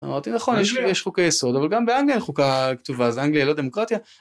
אמרתי נכון יש חוקי יסוד אבל גם באנגליה אין חוקה כתובה. אז אנגליה לא דמוקרטיה?